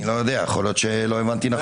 יכול להיות שלא הבנתי נכון.